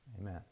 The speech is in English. Amen